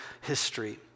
history